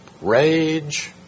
rage